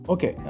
Okay